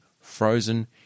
Frozen